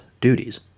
duties